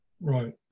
Right